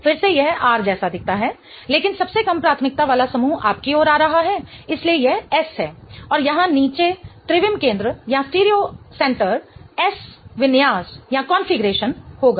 फिर से यह R जैसा दिखता है लेकिन सबसे कम प्राथमिकता वाला समूह आपकी ओर आ रहा है इसलिए यह S है और यहां नीचे त्रिविम केंद्र S विन्यास कॉन्फ़िगरेशन होगा